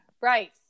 Right